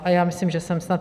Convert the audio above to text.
A já myslím, že jsem snad...